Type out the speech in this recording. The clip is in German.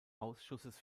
ausschusses